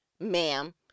ma'am